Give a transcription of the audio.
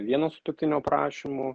vieno sutuoktinio prašymu